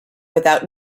without